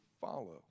follow